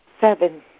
Seven